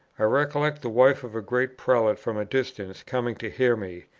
i recollect the wife of a great prelate from a distance coming to hear me,